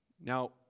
Now